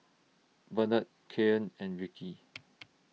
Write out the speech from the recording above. Bernard Kailyn and Ricky